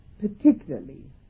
particularly